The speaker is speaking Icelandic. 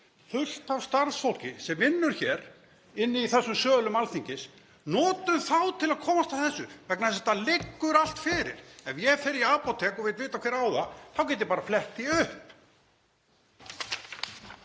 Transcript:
fullt af starfsfólki sem vinnur hér inni í þessum sölum Alþingis. Notum þá til að komast að þessu. Þetta liggur allt fyrir. Ef ég fer í apótek og vil vita hver á það þá get ég bara flett því upp.